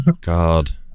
God